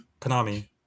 Konami